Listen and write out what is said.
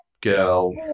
girl